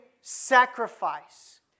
sacrifice